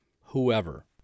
whoever